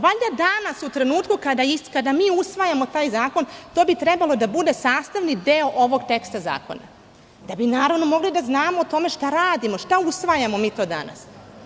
Valjda danas, u trenutku kada mi usvajamo taj zakon, to bi trebalo da bude sastavni deo ovog teksta zakona, da mogli da znamo o tome šta radimo, šta to usvajamo danas.